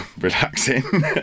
relaxing